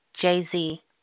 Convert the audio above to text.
Jay-Z